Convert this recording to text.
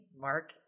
Mark